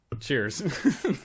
Cheers